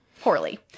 poorly